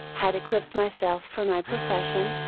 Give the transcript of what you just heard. had equipped myself for my profession,